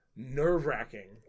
nerve-wracking